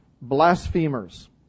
blasphemers